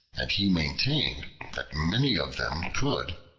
and he maintained that many of them could,